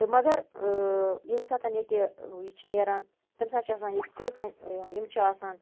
تہٕ مگر ییٚمہِ ساتَن ییٚتہِ یہِ چھِ نٮ۪ران تٔمۍ ساتہٕ چھِ آسان ییٚتہِ کٔژتٲنۍ یِم چھِ آسان